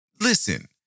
Listen